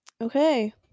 Okay